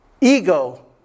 ego